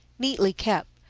neatly kept,